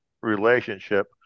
relationship